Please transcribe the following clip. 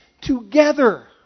together